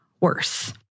worse